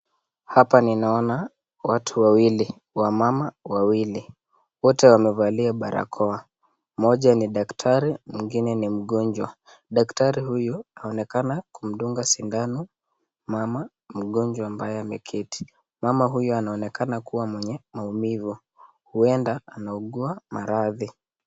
Hapa ninaona watu wawili, wamama wawili. Wote wamevalia barakoa. Mmoja ni daktari mwingine ni mgonjwa. Daktari huyu aonekana kumdunga sindano mama mgonjwa ambaye ameketi. Mama huyo anaonekana kuwa mwenye maumivu ueda anaugua maradhi.